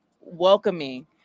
welcoming